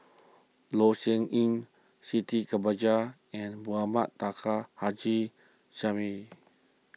Loh Sin Yun Siti Khalijah and Mohamed Taha Haji Jamil